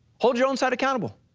hold your own side accountable.